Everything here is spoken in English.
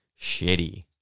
shitty